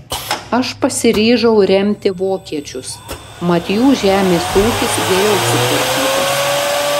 aš pasiryžau remti vokiečius mat jų žemės ūkis geriau sutvarkytas